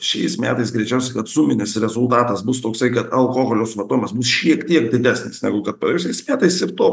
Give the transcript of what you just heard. šiais metais greičiausia kad suminis rezultatas bus toksai kad alkoholio suvartojimas bus šiek tiek didesnis negu praėjusiais metais ir to